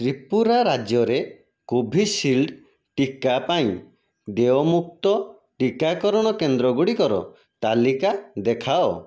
ତ୍ରିପୁରା ରାଜ୍ୟରେ କୋଭିଶିଲ୍ଡ୍ ଟିକା ପାଇଁ ଦେୟମୁକ୍ତ ଟିକାକରଣ କେନ୍ଦ୍ର ଗୁଡ଼ିକର ତାଲିକା ଦେଖାଅ